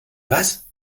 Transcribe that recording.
was